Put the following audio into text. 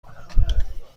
کنم